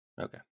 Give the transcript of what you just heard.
Okay